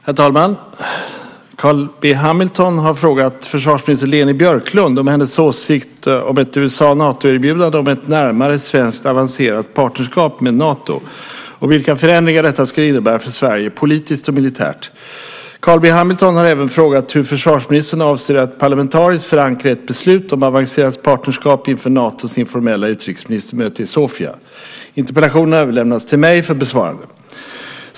Herr talman! Carl B Hamilton har frågat försvarsminister Leni Björklund om hennes åsikt om ett USA-Nato-erbjudande om ett närmare svenskt så kallat avancerat partnerskap med Nato och vilka förändringar detta skulle innebära för Sverige, politiskt och militärt. Carl B Hamilton har även frågat hur försvarsministern avser att parlamentariskt förankra ett beslut om avancerat partnerskap inför Natos informella utrikesministermöte i Sofia. Interpellationen har överlämnats till mig för besvarande.